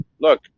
look